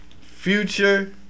Future